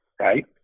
right